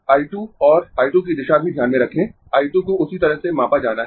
I 2 और I 2 की दिशा भी ध्यान में रखें I 2 को उसी तरह से मापा जाना है